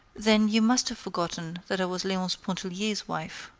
then you must have forgotten that i was leonce pontellier's wife.